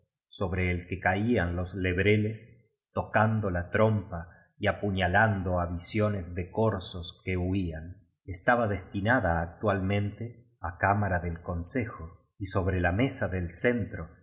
sobre el que caían los lebreles tocando la trompa y apuña lando á visiones de corzos que huían estaba destinada actual mente á cámara del consejo y sobre la mesa del centro